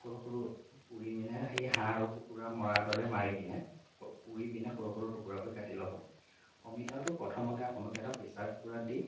সৰু সৰু পুৰি পিনে সেই হাঁহ আৰু কুকুৰা মৰাৰ দৰে মাৰি পিনে পুৰি পিনে সৰু সৰু টুকুৰা কৰি কাটি ল'ব অমিতাটো প্ৰথমতে আপোনালোকে এটা প্ৰেছাৰ কুকাৰত দি